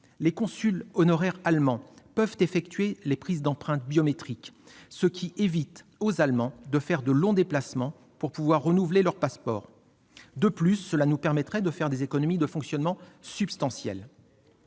les consuls honoraires allemands peuvent effectuer les prises d'empreintes biométriques, ce qui évite aux Allemands de faire de longs déplacements pour pouvoir renouveler leurs passeports. De plus, cela nous permettrait de faire des économies de fonctionnement substantielles.